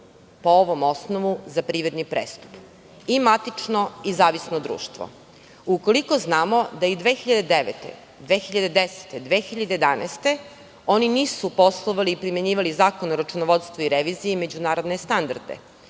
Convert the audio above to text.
po ovom osnovu za privredni prestup i matično i zavisno društvo? Ukoliko znamo da i 2009, 2010. i 2011. godine oni nisu poslovali i primenjivali Zakon o računovodstvu i reviziji i međunarodne standarde,